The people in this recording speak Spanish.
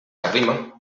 arrima